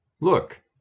Look